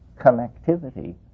connectivity